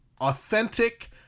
authentic